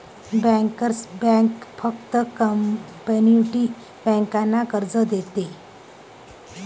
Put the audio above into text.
bankers bank फक्त community बँकांना कर्ज देते